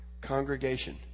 congregation